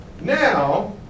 Now